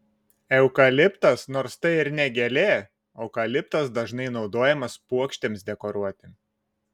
eukaliptas nors tai ir ne gėlė eukaliptas dažnai naudojamas puokštėms dekoruoti